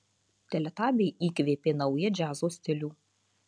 teletabiai įkvėpė naują džiazo stilių